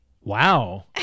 Wow